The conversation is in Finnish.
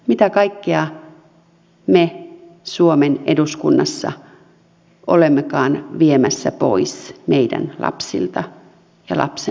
mitä kaikkea me suomen eduskunnassa olemmekaan viemässä pois meidän lapsiltamme ja lapsenlapsiltamme